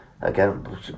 Again